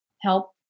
help